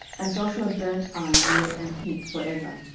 and joshua burnt ai, and made it an heap for ever,